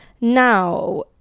now